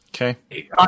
Okay